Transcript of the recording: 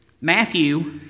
Matthew